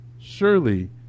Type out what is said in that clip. Surely